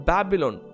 Babylon